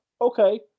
Okay